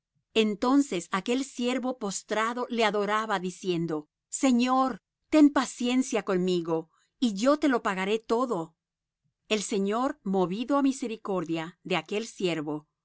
entonces aquel siervo postrado le adoraba diciendo señor ten paciencia conmigo y yo te lo pagaré todo el señor movido á misericordia de aquel siervo